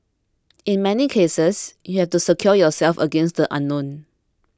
in many cases you have to secure yourself against the unknown